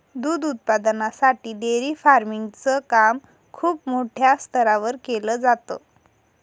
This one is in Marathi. दूध उत्पादनासाठी डेअरी फार्मिंग च काम खूप मोठ्या स्तरावर केल जात